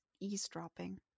eavesdropping